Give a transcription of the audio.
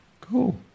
Cool